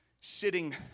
Sitting